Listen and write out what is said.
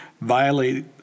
violate